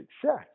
success